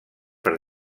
per